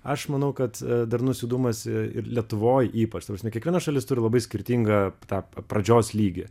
aš manau kad darnus judumas ir lietuvoj ypač ta prasme kiekviena šalis turi labai skirtingą tą pradžios lygį